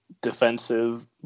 defensive